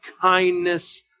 kindness